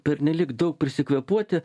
pernelyg daug prisikvėpuoti